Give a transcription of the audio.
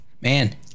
man